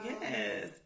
Yes